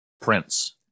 Prince